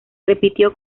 repitió